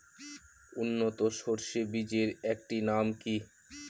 উন্নত সরষে বীজের একটি নাম কি?